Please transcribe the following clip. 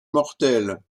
mortelle